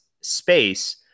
space